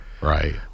Right